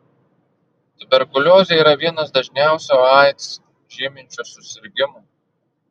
tuberkuliozė yra vienas dažniausių aids žyminčių susirgimų